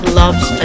loves